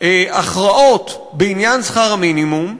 הכרעות בעניין שכר המינימום,